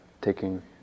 taking